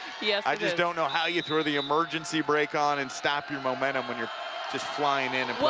yeah i just don't know how you throw the emergency brake on andstop your momentum when you're just flying in. but